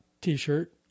T-shirt